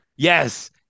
Yes